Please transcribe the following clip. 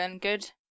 good